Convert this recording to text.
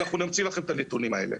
אנחנו נמציא לכם את הנתונים האלה.